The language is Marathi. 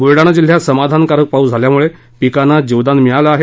बुलडाणा जिल्हयात समाधानकारक पाऊस झाल्यामुळे पिकांना जीवदान मिळालं आहे